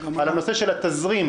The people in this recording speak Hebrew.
על הנושא של התזרים,